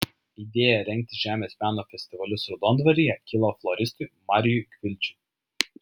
idėja rengti žemės meno festivalius raudondvaryje kilo floristui marijui gvildžiui